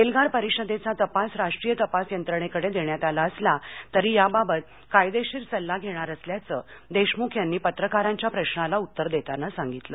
एलगार परिषदेचा तपास राष्ट्रीय तपास यत्रणे कडे देण्यात आला असला तरी या बाबत कायदेशीर सल्ला घेणार असल्याचं देशमुख यांनी पत्रकारांच्या प्रश्नाला उत्तर देतांना सांगितलं